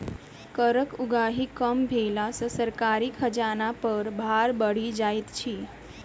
करक उगाही कम भेला सॅ सरकारी खजाना पर भार बढ़ि जाइत छै